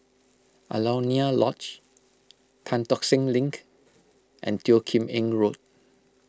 Alaunia Lodge Tan Tock Seng Link and Teo Kim Eng Road